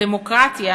הדמוקרטיה